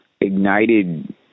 ignited